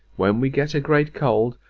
when we get a great cold,